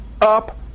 up